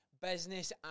business